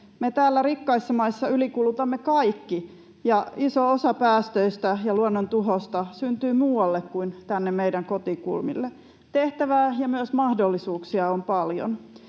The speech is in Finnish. Me täällä rikkaissa maissa ylikulutamme kaikki, ja iso osa päästöistä ja luonnon tuhosta syntyy muualle kuin tänne meidän kotikulmillemme. Tehtävää ja myös mahdollisuuksia on paljon.